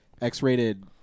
X-rated